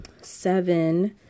seven